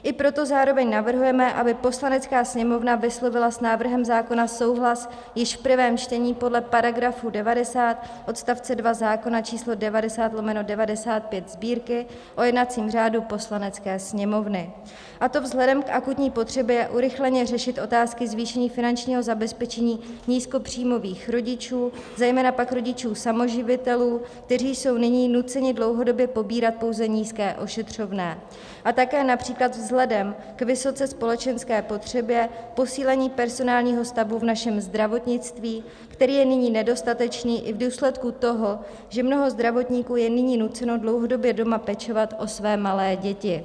I proto zároveň navrhujeme, aby Poslanecká sněmovna vyslovila s návrhem zákona souhlas již v prvém čtení podle § 90 odst. 2 zákona č. 90/95 Sb., o jednacím řádu Poslanecké sněmovny, a to vzhledem k akutní potřebě urychleně řešit otázky zvýšení finančního zabezpečení nízkopříjmových rodičů, zejména pak rodičů samoživitelů, kteří jsou nyní nuceni dlouhodobě pobírat pouze nízké ošetřovné, a také například vzhledem k vysoce společenské potřebě posílení personálního stavu v našem zdravotnictví, který je nyní nedostatečný i v důsledku toho, že mnoho zdravotníků je nyní nuceno dlouhodobě doma pečovat o své malé děti.